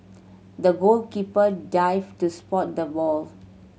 the goalkeeper dived to spot the ball